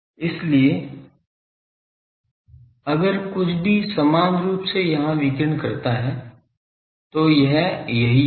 इसलिए अगर कुछ भी समान रूप से यहां विकिरण करता है तो यह यही होगा